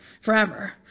forever